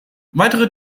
weitere